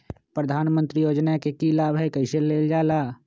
प्रधानमंत्री योजना कि लाभ कइसे लेलजाला?